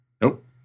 Nope